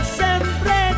sempre